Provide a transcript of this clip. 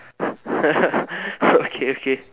okay okay